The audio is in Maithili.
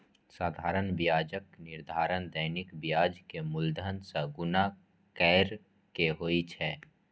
साधारण ब्याजक निर्धारण दैनिक ब्याज कें मूलधन सं गुणा कैर के होइ छै